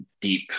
deep